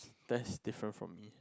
that's different from me